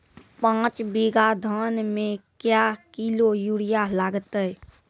पाँच बीघा धान मे क्या किलो यूरिया लागते?